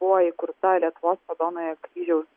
buvo įkurta lietuvos raudonojo kryžiaus